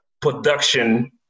production